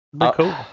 cool